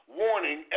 warning